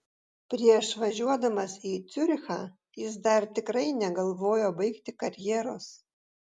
prieš važiuodamas į ciurichą jis dar tikrai negalvojo baigti karjeros